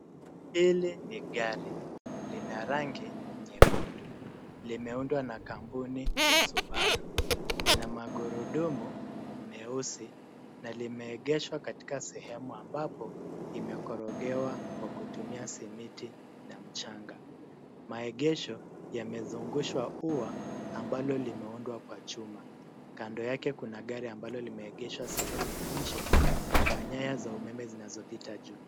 Hili ni gari. Lina rangi nyekundu. Limeundwa na kampuni ya Subaru. Lina magurudumu meusi na limeegeshwa katika sehemu ambapo imekorogewa kwa kutumia simiti na mchanga. Maegesho yamezungushwa ua ambalo limeundwa kwa chuma. Kando yake kuna gari ambalo limeegeshwa sehemu ya nje na kuna nyaya za umeme zinazopita juu.